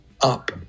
up